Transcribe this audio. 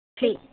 ठीक